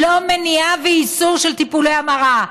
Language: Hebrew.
לא מניעה ואיסור של טיפולי המרה,